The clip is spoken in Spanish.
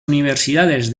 universidades